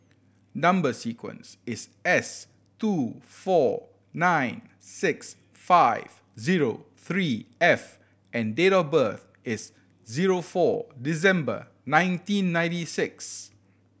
number sequence is S two four nine six five zero three F and date of birth is zero four December nineteen ninety six